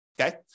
okay